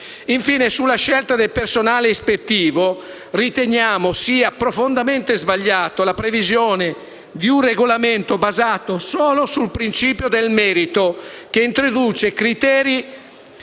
Infine, sulla scelta del personale ispettivo riteniamo sia profondamente sbagliata la previsione di un regolamento basato solo sul principio del merito, che introduce criteri